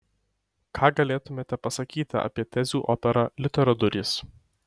ką galėtumėte pasakyti apie tezių operą liuterio durys